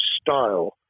style